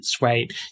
right